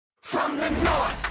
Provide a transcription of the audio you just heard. from the north